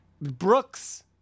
Brooks